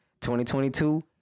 2022